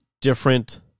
different